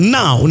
now